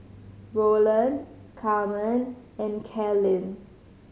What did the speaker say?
Roland Carmen and Carlyn